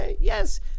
yes